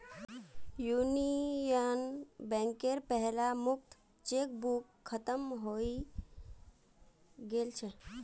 union बैंकेर पहला मुक्त चेकबुक खत्म हइ गेल छ